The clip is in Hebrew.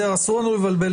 אסור לנו לבלבל בין הדברים.